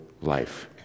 life